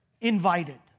invited